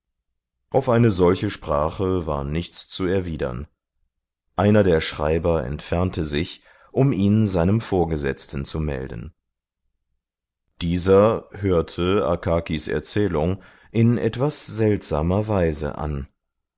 auf eine solche sprache war nichts zu erwidern einer der schreiber entfernte sich um ihn seinem vorgesetzten zu melden dieser hörte akakis erzählung in etwas seltsamer weise an